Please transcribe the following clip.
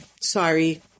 Sorry